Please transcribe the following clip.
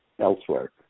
elsewhere